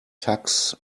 tux